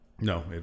No